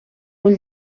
ull